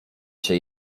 się